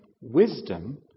wisdom